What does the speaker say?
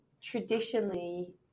traditionally